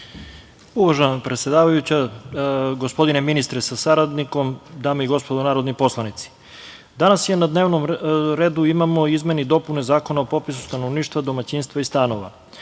Uvažena predsedavajuća, gospodine ministre sa saradnikom, dame i gospodo narodni poslanici, danas na dnevnom redu imamo izmene i dopune Zakona o popisu stanovništva, domaćinstava i stanova.